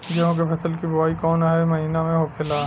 गेहूँ के फसल की बुवाई कौन हैं महीना में होखेला?